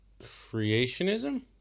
creationism